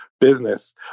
business